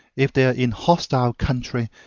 if they are in hostile country,